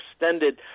extended